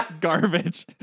garbage